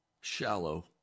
shallow